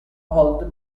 old